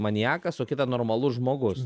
maniakas o kitą normalus žmogus